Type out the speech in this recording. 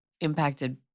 impacted